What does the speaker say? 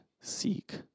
seek